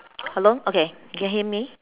hello okay you can hear me